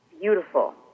beautiful